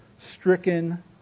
stricken